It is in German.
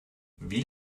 wie